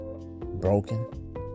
broken